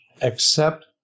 accept